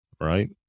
Right